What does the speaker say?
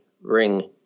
ring